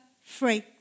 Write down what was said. free